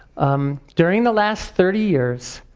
um during the last thirty years,